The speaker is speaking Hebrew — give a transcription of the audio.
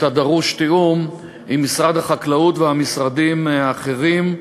הדרוש תיאום עם משרד החקלאות והמשרדים האחרים.